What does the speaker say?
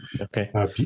Okay